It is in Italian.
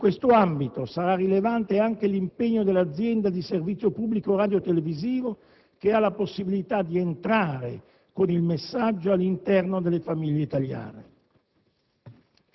In questo ambito sarà rilevante anche l'impegno dell'azienda di servizio pubblico radiotelevisivo che ha la possibilità di entrare con il messaggio all'interno delle famiglie italiane.